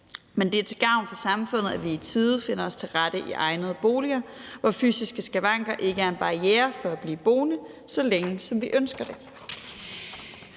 men det er til gavn for samfundet, at vi i tide finder os til rette i egnede boliger, hvor fysiske skavanker ikke er en barriere for at blive boende så længe, som vi ønsker det.